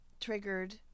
triggered